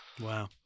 Wow